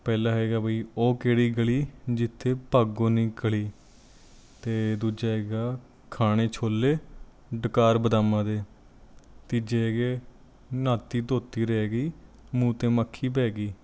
ਪਹਿਲਾ ਹੈਗਾ ਬਈ ਉਹ ਕਿਹੜੀ ਗਲੀ ਜਿੱਥੇ ਭਾਗੋ ਨਹੀਂ ਖਲੀ ਅਤੇ ਦੂਜਾ ਹੈਗਾ ਖਾਣੇ ਛੋਲੇ ਡਕਾਰ ਬਦਾਮਾਂ ਦੇ ਤੀਜੇ ਹੈਗੇ ਹੈ ਨ੍ਹਾਤੀ ਧੋਤੀ ਰਹਿ ਗਈ ਮੂੰਹ 'ਤੇ ਮੱਖੀ ਬਹਿ ਗਈ